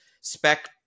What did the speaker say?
spec